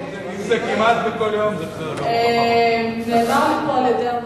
בשביל מה במליאה?